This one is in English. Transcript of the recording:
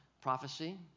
Prophecy